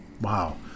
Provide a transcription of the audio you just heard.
Wow